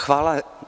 Hvala.